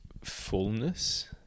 fullness